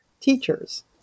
teachers